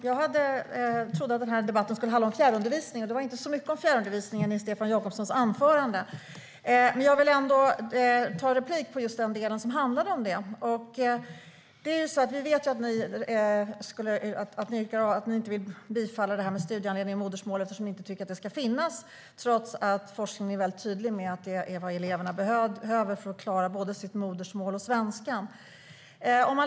Fru talman! Jag trodde att debatten skulle handla om fjärrundervisning. Det var inte så mycket om fjärrundervisning i Stefan Jakobssons anförande, men jag tar replik på den del som handlade om det. Vi vet att ni inte vill bifalla förslaget om studiehandledning och modersmål eftersom ni inte tycker att det ska finnas, trots att forskningen är tydlig med att eleverna behöver det för att klara både sitt modersmål och svenskan.